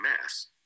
mass